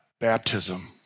Baptism